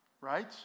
Right